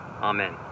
Amen